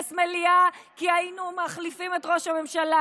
מליאה כי היינו מחליפים את ראש הממשלה,